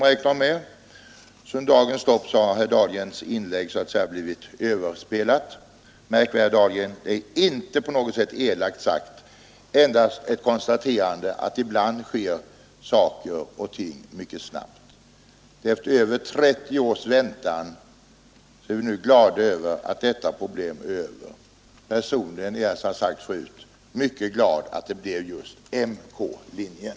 Under dagens lopp har herr Dahlgrens inlägg så att säga blivit överspelat. Märk väl, herr Dahlgren: detta är inte på något sätt elakt sagt, det är endast ett konstaterande att ibland sker saker och ting mycket snabbt. Efter mer än 30 års väntan är vi nu glada att denna fråga är löst. Personligen är jag, som jag sagt i tidigare inlägg, mycket glad att det blev just MK-linjen.